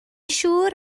siŵr